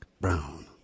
brown